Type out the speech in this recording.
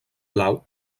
blau